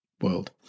world